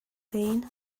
pain